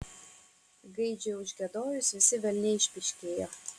gaidžiui užgiedojus visi velniai išpyškėjo